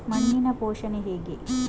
ಮಣ್ಣಿನ ಪೋಷಣೆ ಹೇಗೆ?